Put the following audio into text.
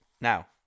Now